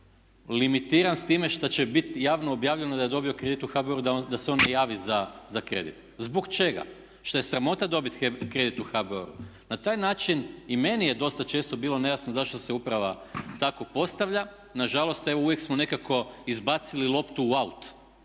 limitiran sa time što će biti javno objavljeno da je dobio kredit u HBOR-u da se on ne javi za kredit? Zbog čega? Šta je sramota dobiti kredit u HBOR-u? Na taj način i meni je dosta često bilo nejasno zašto se uprava tako postavlja. Nažalost evo uvijek smo nekako izbacili loptu u out